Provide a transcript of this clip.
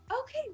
Okay